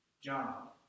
job